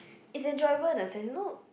is enjoyable in the sense you know